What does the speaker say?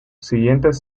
siguientes